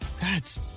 That's-